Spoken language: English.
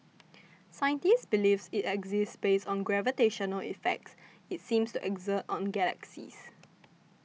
scientists believe it exists based on gravitational effects it seems to exert on galaxies